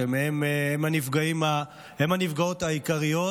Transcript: שהן הנפגעות העיקריות.